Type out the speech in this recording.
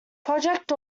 project